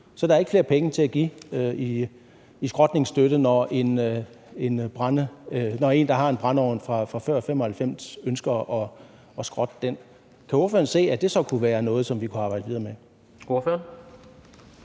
Så der er ikke flere penge at give i skrotningsstøtte, når en, der har en brændeovn fra før 1995, ønsker at skrotte den. Kan ordføreren se, at det så kunne være noget, som vi kunne arbejde videre med?